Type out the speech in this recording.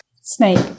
snake